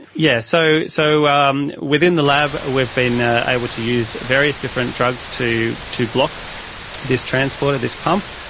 yeah so so um within the lab we've been ah able to use various different drugs to to block this transport of this pump,